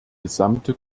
gesamte